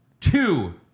two